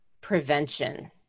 prevention